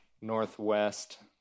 northwest